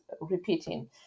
repeating